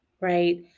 right